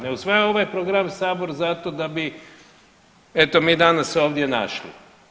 Ne usvaja ovaj program sabor zato da bi eto mi danas se ovdje našli.